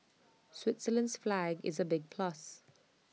Switzerland's flag is A big plus